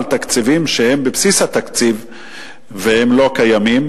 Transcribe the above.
תקציבים שהם בבסיס התקציב והם לא קיימים.